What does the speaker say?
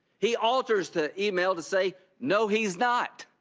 he alters the email to say no, he is not.